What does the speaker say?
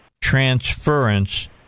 transference